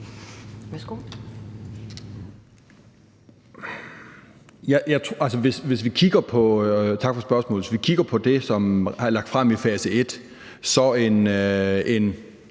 Tak for spørgsmålet.